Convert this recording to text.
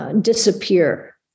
Disappear